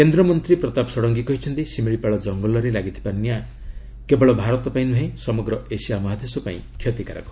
କେନ୍ଦ୍ରମନ୍ତ୍ରୀ ପ୍ରତାପ ଷଡ଼ଙ୍ଗୀ କହିଛନ୍ତି ଶିମିଳିପାଳ ଜଙ୍ଗଲରେ ଲାଗିଥିବା ନିଆଁ କେବଳ ଭାରତ ନୁହେଁ ସମଗ୍ର ଏସିଆ ମହାଦେଶ ପାଇଁ କ୍ଷତିକାରକ